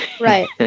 Right